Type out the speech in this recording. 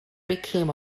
became